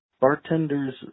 Bartender's